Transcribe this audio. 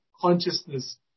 consciousness